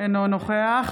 אינה נוכחת